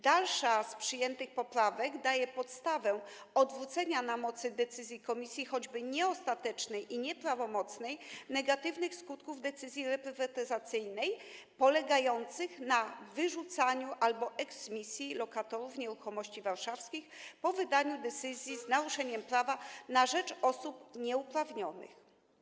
Dalsza z przyjętych poprawek daje podstawę odwrócenia na mocy decyzji komisji, choćby nieostatecznej i nieprawomocnej, negatywnych skutków decyzji reprywatyzacyjnej polegających na wyrzucaniu albo eksmisji lokatorów nieruchomości warszawskich po wydaniu decyzji z naruszeniem prawa na rzecz osób nieuprawnionych.